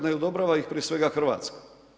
Ne odobrava ih prije svega Hrvatska.